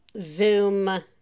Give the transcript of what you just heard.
zoom